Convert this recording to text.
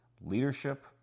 leadership